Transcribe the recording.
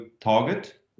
target